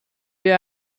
wir